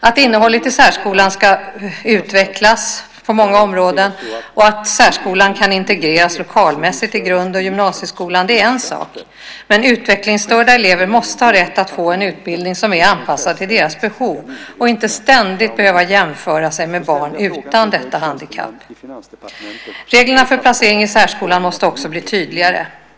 Att innehållet i särskolan på många områden ska utvecklas och att särskolan lokalmässigt kan integreras i grund och gymnasieskolan är en sak, men utvecklingsstörda elever måste ha rätt att få en utbildning som är anpassad till deras behov i stället för att ständigt behöva jämföra sig med barn utan detta handikapp. Reglerna för placering i särskolan måste också bli tydligare.